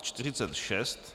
46.